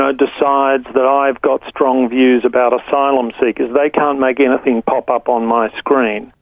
ah decides that i've got strong views about asylum-seekers, they can't make anything pop up on my screen.